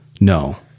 no